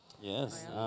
Yes